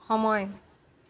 সময়